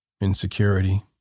insecurity